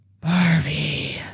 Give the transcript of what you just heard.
Barbie